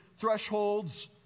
thresholds